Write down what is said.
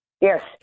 yes